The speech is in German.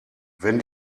wenn